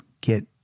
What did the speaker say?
get